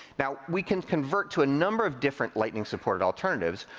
now, we can convert to a number of different lightning-supported alternatives.